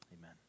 Amen